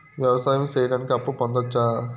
వ్యవసాయం సేయడానికి అప్పు పొందొచ్చా?